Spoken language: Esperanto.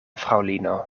fraŭlino